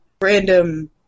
Random